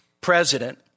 president